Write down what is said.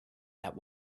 that